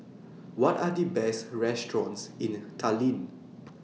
What Are The Best restaurants in Tallinn